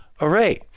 array